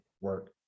work